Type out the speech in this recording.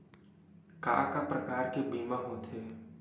का का प्रकार के बीमा होथे?